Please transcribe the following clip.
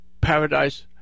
paradise